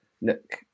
look